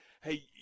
Hey